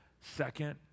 Second